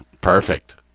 Perfect